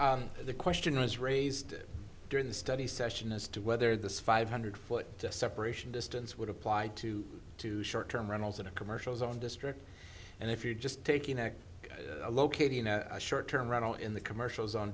sure the question was raised during the study session as to whether this five hundred foot separation distance would apply to two short term rentals in a commercial zone district and if you're just taking a locating a short term rental in the commercials on